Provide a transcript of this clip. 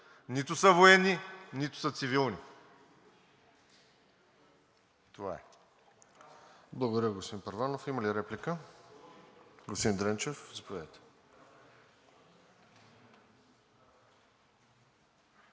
нито са военни, нито са цивилни.